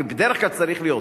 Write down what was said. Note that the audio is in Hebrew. כי בדרך כלל זה צריך להיות,